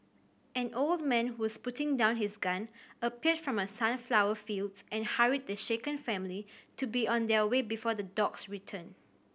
an old man who was putting down his gun appeared from the sunflower fields and hurried the shaken family to be on their way before the dogs return